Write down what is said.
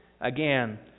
Again